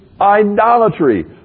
idolatry